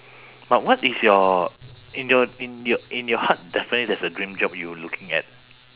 but what is your in your in your in your heart definitely there's a dream job you looking at